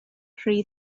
rhy